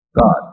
God